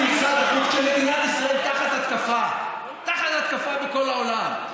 משרד החוץ כשמדינת ישראל תחת התקפה בכל העולם.